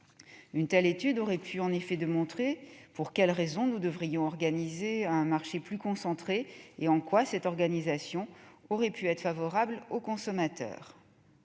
Une telle étude aurait pu démontrer pour quelles raisons nous devrions organiser un marché plus concentré et en quoi cette organisation aurait pu être favorable aux consommateurs.